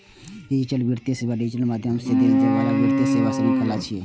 digital वित्तीय सेवा digital माध्यम सं देल जाइ बला वित्तीय सेवाक शृंखला छियै